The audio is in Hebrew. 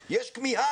אלא יש כמיהה